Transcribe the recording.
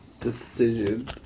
decision